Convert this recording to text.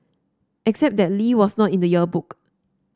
except that Lee was not in the yearbook